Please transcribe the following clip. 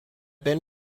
been